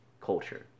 culture